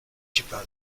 japan